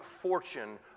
fortune